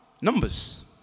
Numbers